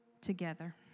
together